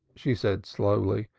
she said slowly,